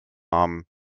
haben